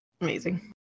Amazing